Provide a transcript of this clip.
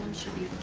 should be